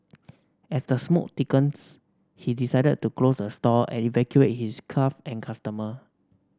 as the smoke thickens he decided to close the store and evacuate his and customer